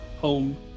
home